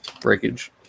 breakage